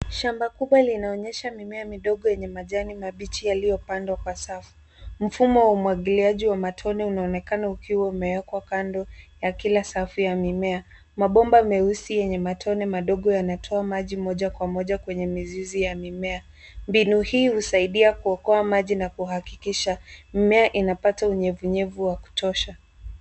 Shamba kubwa linaonyesha mimea midogo yenye majani mabichi yaliyo pandwa kwa safu. Mfumo wa umwagiliaji wa matone unaonekana ukiwa umewekwa kando kwa kila safu ya mimea. Mabomba maeusi yenye matone madogo yanatoa maji moja kwa moja kwenye mizizi ya mimea mbinu hii husaidia kuokoa maji na kuhakikisha mimea inapata unyevu unyevu wa kutosha.